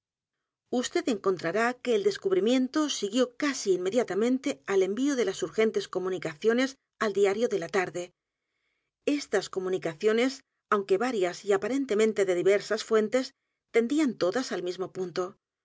encontrará que el descubrimiento siguió casi inmediatamente al envío de las urgentes comunicaciones al diaro de la tarde estas comunicaciones aunque varias y aparentemente de diversas fuentes tendían todas al mismo punto